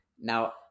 Now